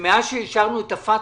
שמאז שאישרנו את הפטקא,